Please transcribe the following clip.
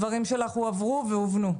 הדברים שלך הועברו והובנו.